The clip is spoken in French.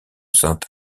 sainte